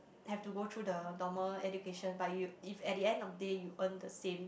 have to go through the normal education but you if at the end of day you earn the same